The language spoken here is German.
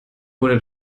wurde